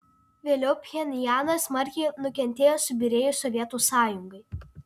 vėliau pchenjanas smarkiai nukentėjo subyrėjus sovietų sąjungai